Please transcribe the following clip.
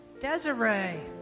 Desiree